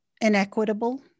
inequitable